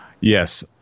Yes